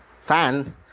fan